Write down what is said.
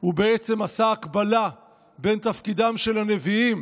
הוא בעצם עשה הקבלה בין תפקידם של הנביאים,